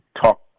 talk